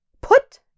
Put